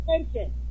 attention